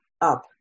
up